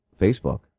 Facebook